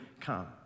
come